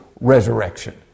resurrection